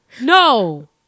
No